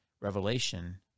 revelation